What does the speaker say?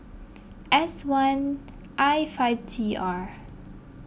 S one I five T R